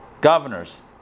governors